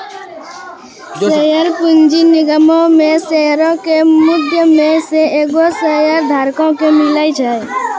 share पूंजी निगमो मे शेयरो के मुद्दइ मे से एगो शेयरधारको के मिले छै